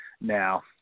Now